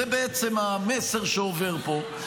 זה בעצם המסר שעובר פה.